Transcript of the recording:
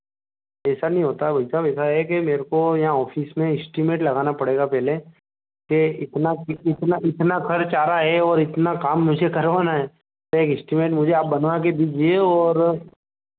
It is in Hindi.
ऐसा नहीं होता है भाईसाहब ऐसा है कि मेरे को यहाँ ऑफिस में एश्टीमेट लगाना पड़ेगा पहले के इतना की कितना इतना खर्च आ रहा है और इतना काम मुझे करवाना है एक एस्टीमेट मुझे आप बनवाकर दीजिए और